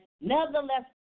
Nevertheless